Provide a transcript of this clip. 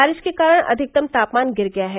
बारिश के कारण अधिकतम तापमान गिर गया है